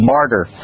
Martyr